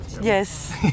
Yes